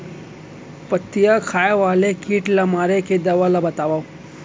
पत्तियां खाए वाले किट ला मारे के दवा ला बतावव?